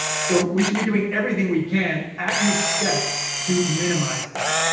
so we should be doing everything we can at each step to minimize that.